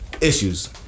issues